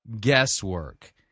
guesswork